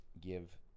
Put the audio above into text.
give